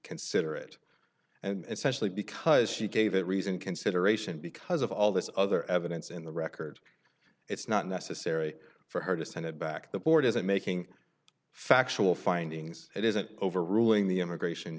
consider it and specially because she gave it reason consideration because of all this other evidence in the record it's not necessary for her to send it back the board isn't making factual findings it isn't overruling the immigration